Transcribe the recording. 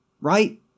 Right